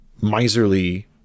miserly